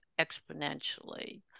exponentially